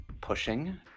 pushing